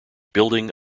building